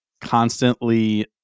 constantly